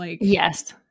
Yes